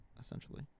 essentially